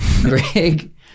Greg